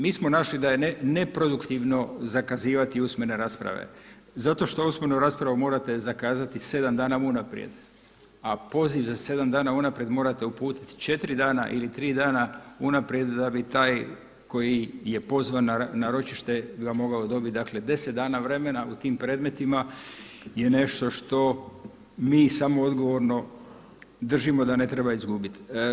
Mi smo našli da je neproduktivno zakazivati usmene rasprave zato što usmenu raspravu morate zakazati 7 dana unaprijed, a poziv za 7 dana unaprijed morate uputiti 4 dana ili 3 dana unaprijed da bi taj koji je pozvan na ročište ga mogao dobiti, dakle 10 dana vremena u tim predmetima je nešto što mi samoodgovorno držimo da ne treba izgubiti.